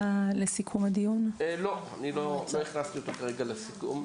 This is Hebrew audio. לא הכנסתי אותו כרגע לסיכום.